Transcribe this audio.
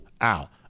out